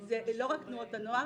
על מה שקורה -- זה לא רק תנועות הנוער,